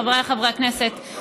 חבריי חברי הכנסת,